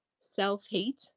self-hate